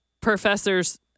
professor's